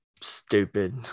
stupid